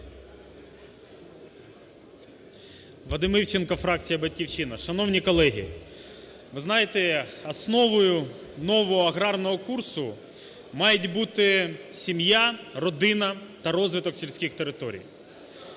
Вадим Івченко, фракція "Батьківщина". Шановні колеги, ви знаєте, основою нового аграрного курсу мають бути сім'я, родина та розвиток сільських територій.